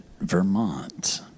Vermont